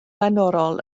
flaenorol